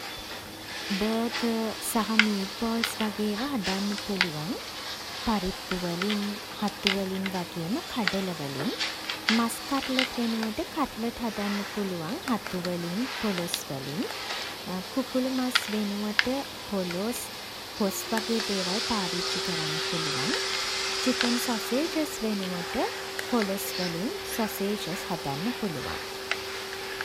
Burger සහ meatballs වගේ ඒවා හදන්න පුළුවන් පරිප්පු වලින්, හතු වලින් වගේම කඩල වලින්. මස් කට්ලට් වෙනුවට කට්ලට් හදන්න පුළුවන් හතු වලින්, පොලොස් වලින්. කුකුළු මස් වෙනුවට පොලොස්, කොස් වගේ දේවල් පාවිච්චි කරන්න පුළුවන්. චිකන් සොසේජස් වෙනුවට පොලොස් වලින් සොසේජස් හදන්න පුළුවන්.